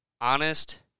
Honest